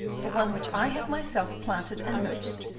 the one which i have myself planted and nursed.